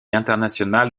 international